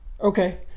Okay